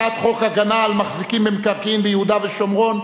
הגנה על מחזיקים במקרקעין ביהודה ושומרון,